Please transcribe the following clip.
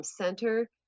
center